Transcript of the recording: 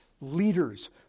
leaders